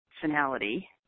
finality